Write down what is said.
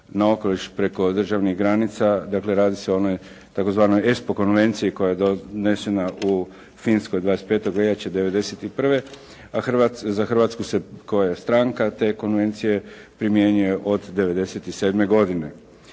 na okoliš preko državnih granica, dakle radi se o onoj tzv. ESPO Konvenciji koja je donesena u Finskoj, 25. veljače 1991., a za Hrvatsku se koja je stranka te konvencije primjenjuje od '97. godine.